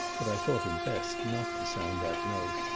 but i thought it best not to sound that note.